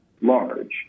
large